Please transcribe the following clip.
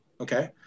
okay